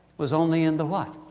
was only in the what.